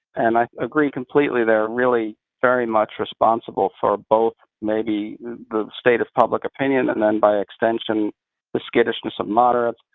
and i agree completely, they are really very much responsible for both maybe the state of public opinion and then by extension the skittishness of moderates.